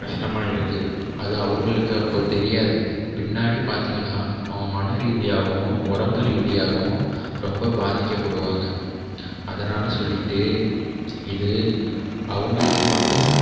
கஷ்டமாக இருக்கு அது அவங்களுக்கு அப்போ தெரியாது பின்னாடி பார்த்திங்கன்னா அவங்க மனரீதியாகவும் உடம்பு ரீதியாகவும் ரொம்ப பாதிக்கப்படுவாங்கள் அதனால் சொல்லிட்டு இது அவங்களுக்கு மட்டும்